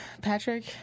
Patrick